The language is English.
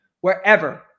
wherever